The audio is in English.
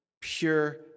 pure